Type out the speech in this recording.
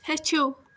ہیٚچھِو